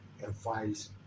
Advice